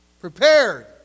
prepared